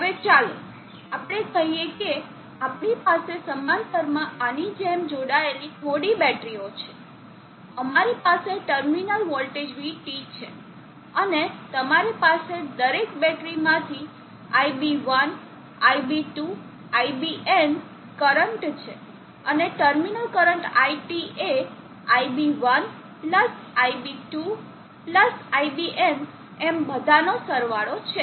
હવે ચાલો આપણે કહીએ કે આપણી પાસે સમાંતરમાં આની જેમ જોડાયેલી થોડી બેટરીઓ છે અમારી પાસે ટર્મિનલ વોલ્ટેજ VT છે અને તમારી પાસે દરેક બેટરીમાંથી iB1 iB2 iBn કરંટ છે અને ટર્મિનલ કરંટ iT એ iB1 iB2 iBn એમ બધાનો સરવાળો છે